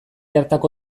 hartako